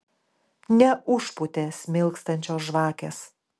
neužpūtė smilkstančios žvakės